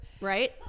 right